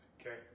Okay